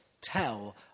tell